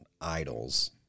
idols